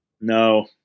No